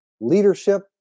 leadership